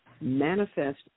manifest